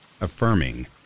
affirming